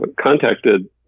contacted